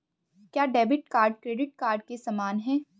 क्या debit card credit card के समान है?